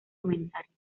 comentarios